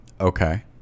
Okay